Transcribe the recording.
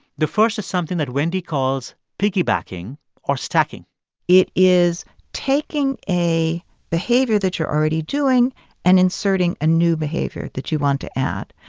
the first is something that wendy calls piggybacking or stacking it is taking a behavior that you're already doing and inserting a new behavior that you want to add.